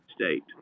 state